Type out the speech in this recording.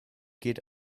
geht